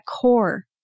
core